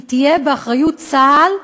יהיו באחריות צה"ל,